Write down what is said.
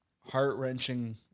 heart-wrenching